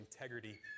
integrity